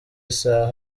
isaha